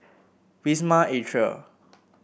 Wisma Atria